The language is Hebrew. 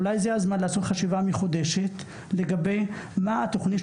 אז אולי זה הזמן לעשות חשיבה מחודשת לגבי מה היא התוכנית